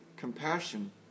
compassion